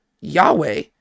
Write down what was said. Yahweh